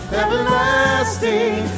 everlasting